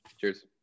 Cheers